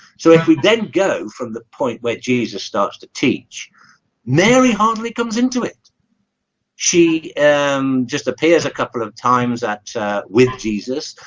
so if we then go from the point where jesus starts to teach mary hardly comes into it she and just appears a couple of times at with jesus